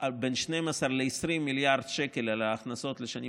על בין 12 ל-20 מיליארד שקל הכנסות לשנים